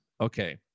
Okay